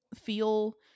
feel